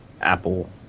Apple